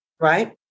Right